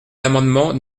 l’amendement